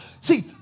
See